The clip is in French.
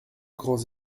grands